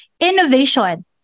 Innovation